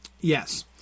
Yes